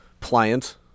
pliant